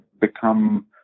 become